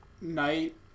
night